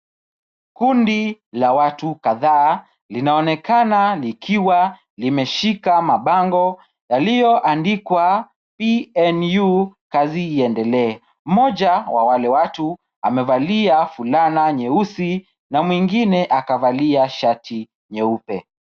Kundi la watu kadhaa, linaonekana likiwa limeshika likiwa limeshika mabango yaliyoandikwa PNU Kazi Iendelee. Mmoja wa wale watu amevalia fulana nyeusi na mwingine akavalia shati nyeupe.